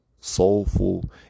soulful